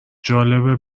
جالبه